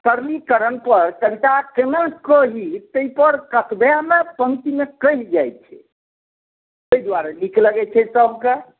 सरलीकरण पर कविता कोना कही ताहि पर कतबे पंक्तिमे कहि जाइ छै ताहि दुआरे नीक लगै छै सभके